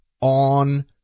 on